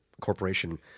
corporation